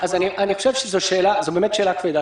זו שאלה כבדה.